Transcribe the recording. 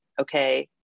okay